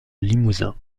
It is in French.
limousin